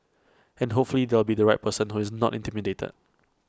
and hopefully there will be the right person who is not intimidated